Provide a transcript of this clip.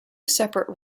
separate